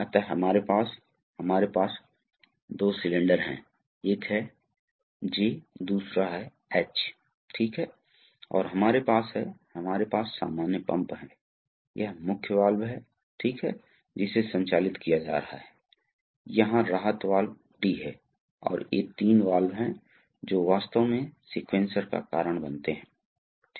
यदि आप चाहते हैं और दबाव नियंत्रण की बहुत आवश्यकता है तो हमारे पास अन्य प्रकार के वाल्व हैं जिन्हें प्रेशर रिलीफ वाल्व और फ्लो कण्ट्रोल वाल्व कहा जाता है इसलिए हम उनमें से कुछ को देखेंगे